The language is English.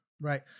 right